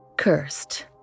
cursed